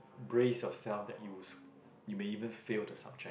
brace yourself that it was you may even fail the subject